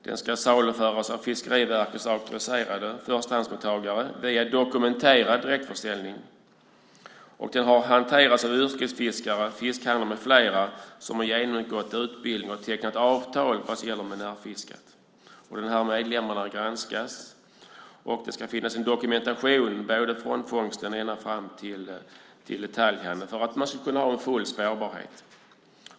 Den ska saluföras av Fiskeriverket auktoriserade förstahandsmottagare eller via dokumenterad direktförsäljning. Den ska ha hanterats av yrkesfiskare och fiskhandlare med flera som har genomgått utbildning och tecknat avtal med Närfiskat. Medlemmarna granskas. Det ska finnas dokumentation från fångsten ända fram till detaljhandeln för att man ska kunna ha full spårbarhet.